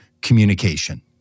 communication